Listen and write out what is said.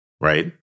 right